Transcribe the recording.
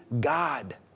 God